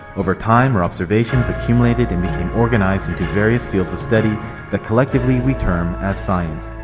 over time our observations accumulated and became organized in various fields of study that collectively we term as science.